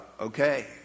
Okay